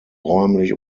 räumlich